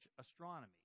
astronomy